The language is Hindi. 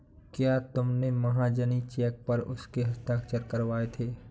क्या तुमने महाजनी चेक पर उसके हस्ताक्षर करवाए थे?